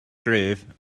gryf